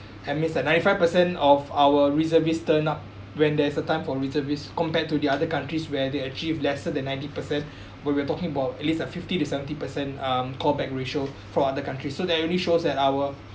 that means that ninety-five percent of our reservist turn up when there is a time for reservist compared to the other countries where they achieve lesser than ninety percent where we're talking about at least uh fifty to seventy percent um call back ratio for other countries so that only shows that our